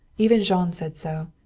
even jean said so.